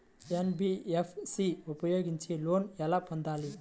NBFC ఉపయోగించి loan ఎలా పొందాలి?